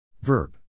Verb